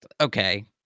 okay